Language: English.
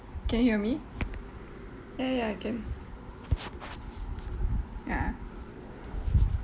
can you hear me ya ya I can ya